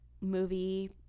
movie